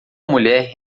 mulher